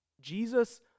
Jesus